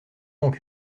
donc